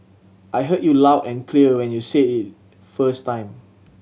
I heard you loud and clear when you said it first time